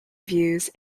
views